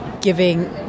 giving